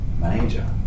major